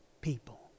people